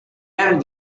entered